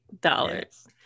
dollars